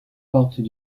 partent